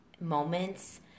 moments